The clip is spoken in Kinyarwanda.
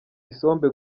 isombe